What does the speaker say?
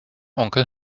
onkel